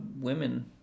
women